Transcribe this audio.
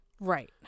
right